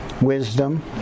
Wisdom